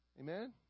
Amen